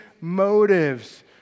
motives